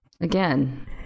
again